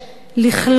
לכלוא,